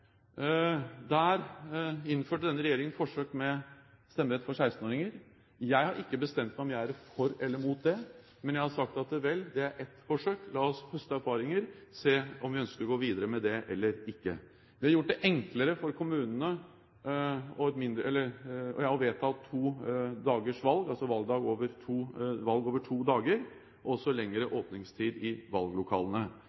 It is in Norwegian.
der innførte denne regjeringen forsøk med stemmerett for 16-åringer. Jeg har ikke bestemt meg for om jeg er for eller imot det, men jeg har sagt at vel, det er ett forsøk, la oss høste erfaringer og se om vi ønsker å gå videre med det eller ikke. Vi har gjort det enklere for kommunene og vedtatt to dagers valg, altså valg over to dager, og også lengre